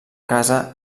casa